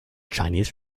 chinese